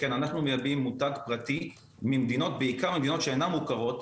מייבאים מותג פרטי ממדינות בעיקר שאינן מוכרות,